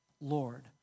Lord